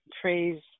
Praise